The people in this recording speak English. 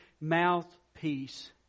mouthpiece